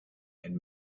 and